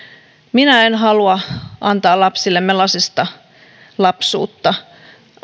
minä en halua antaa lapsillemme lasista lapsuutta